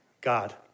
God